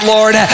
Lord